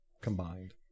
combined